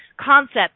concept